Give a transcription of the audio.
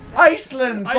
iceland!